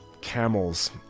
camels